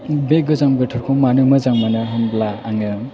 बे गोजां बोथोरखौ मानो मोजां मोनो होनब्ला आङो